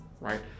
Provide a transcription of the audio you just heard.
right